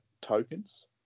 tokens